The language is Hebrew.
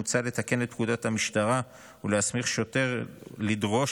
מוצע לתקן את פקודת המשטרה ולהסמיך שוטר לדרוש